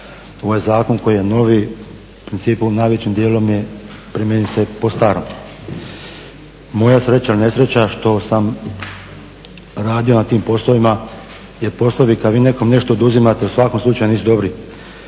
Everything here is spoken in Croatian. ovaj zakon koji je novi u principu najvećim dijelom je primjenjuje se po starom. Moja sreća ili nesreća što sam radio na tim poslovima jer poslovi kada vi nešto nekom oduzimate u svakom slučaju nisu dobri.